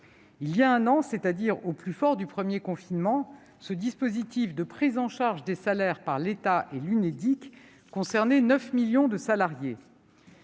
Voilà un an, c'est-à-dire au plus fort du premier confinement, ce dispositif de prise en charge des salaires par l'État et l'Unédic concernait 9 millions de salariés.